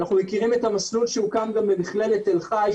אנחנו מכירים את המסלול שהוקם גם במכללת תל-חי,